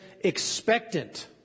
expectant